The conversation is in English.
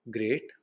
Great